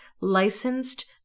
licensed